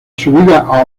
subida